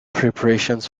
preparations